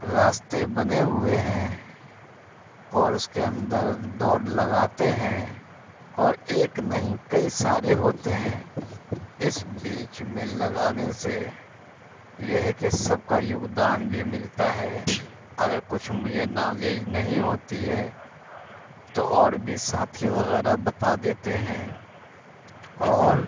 راستے بنے ہوئے ہیں اور اس کے اندر دوڑ لگاتے ہیں اور ایک نہیں کئی سارے ہوتے ہیں اس بیچ میں لگانے سے یہ ہے کہ سب کا یوگدان بھی ملتا ہے اگر کچھ مجھے نالج نہیں ہوتی ہے تو اور بھی ساتھی وغیرہ بتا دیتے ہیں اور